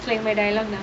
playing my dialogue now